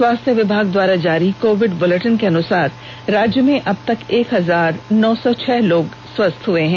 स्वास्थ्य विभाग द्वारा जारी कोविड बुलेटिन के अनुसार राज्य में अब तक एक हजार नौ सौ छह लोग स्वस्थ चुके हैं